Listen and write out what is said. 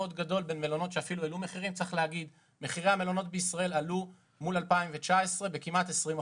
צריך להגיד שמחירי המלונות עלו מאז 2019 ב-20%,